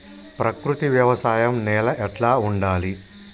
ప్రకృతి వ్యవసాయం నేల ఎట్లా ఉండాలి?